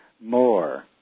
more